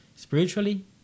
spiritually